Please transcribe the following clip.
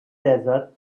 desert